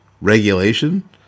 Regulation